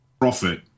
profit